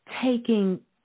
taking